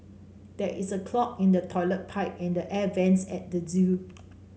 there is a clog in the toilet pipe and the air vents at the zoo